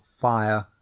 fire